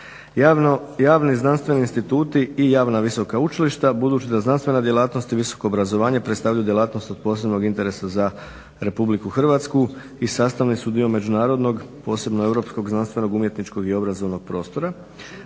Javni znanstveni instituti i javna visoka učilišta, budući da znanstvena djelatnost i visoko obrazovanje predstavljaju djelatnost od posebnog interesa za Republiku Hrvatsku i sastavni su dio međunarodnog posebno europskog, znanstvenog, umjetničkog i obrazovnog prostora.